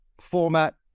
format